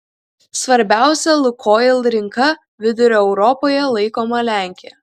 svarbiausia lukoil rinka vidurio europoje laikoma lenkija